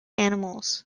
animals